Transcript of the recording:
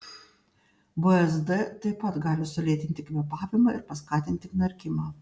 bzd taip pat gali sulėtinti kvėpavimą ir paskatinti knarkimą